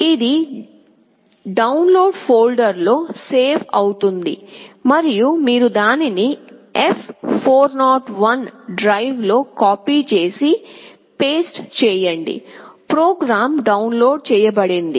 ఇది download folder లో save అవుతుంది మరియు మీరు దానిని F401 డ్రైవ్ లో కాపీ చేసి పేస్ట్ చేయండి ప్రోగ్రామ్ డౌన్లోడ్ చేయబడింది